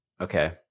okay